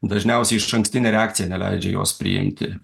dažniausiai išankstinė reakcija neleidžia jos priimti